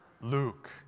Luke